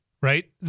Right